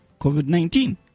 COVID-19